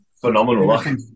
phenomenal